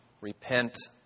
repent